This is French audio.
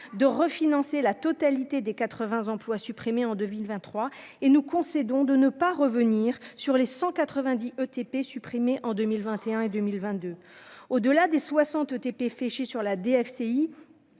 de refinancer la totalité des 80 emplois supprimés en 2 villes, 23 et nous concédons de ne pas revenir sur les 190 ETP supprimés en 2021 et 2022, au-delà des 60 ETP fait chier sur la DFCI,